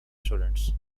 students